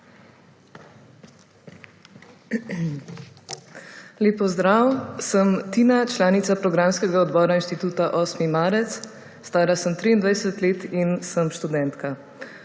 Lep pozdrav! Sem Tina, članica Programskega odbora Inštituta 8. marec. Stara sem 23 let in sem študentka.